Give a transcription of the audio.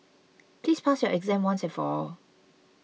please pass your exam once and for all